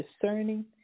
discerning